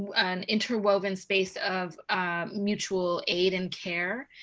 an inter-woven space of mutual aid and care?